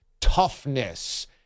toughness